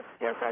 yes